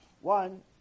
One